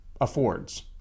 affords